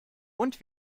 und